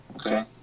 Okay